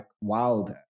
wild